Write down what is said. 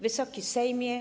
Wysoki Sejmie!